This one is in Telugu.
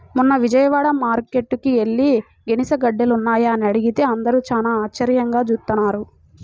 మొన్న విజయవాడ మార్కేట్టుకి యెల్లి గెనిసిగెడ్డలున్నాయా అని అడిగితే అందరూ చానా ఆశ్చర్యంగా జూత్తన్నారు